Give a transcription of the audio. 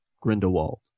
Grindelwald